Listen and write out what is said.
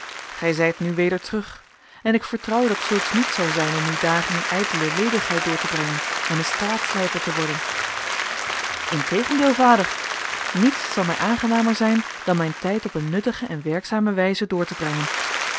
gij zijt nu weder terug en ik vertrouw dat zulks niet zal zijn om uw dagen in ijdele ledigheid door te brengen en een straatslijper te worden in tegendeel vader niets zal mij aangenamer zijn dan mijn tijd op een nuttige en werkzame wijze door te brengen